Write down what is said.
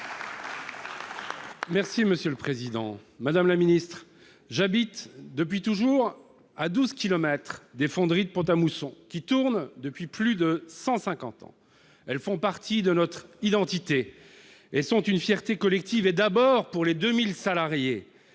socialiste et républicain. J'habite depuis toujours à douze kilomètres des fonderies de Pont-à-Mousson, qui tournent depuis plus de 150 ans. Elles font partie de notre identité et sont une fierté collective, d'abord pour les 2 000 salariés